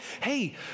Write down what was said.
Hey